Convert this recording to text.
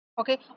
okay